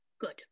Good